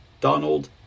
Donald